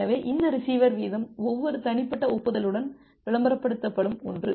எனவே இந்த ரிசீவர் வீதம் ஒவ்வொரு தனிப்பட்ட ஒப்புதலுடனும் விளம்பரப்படுத்தப்படும் ஒன்று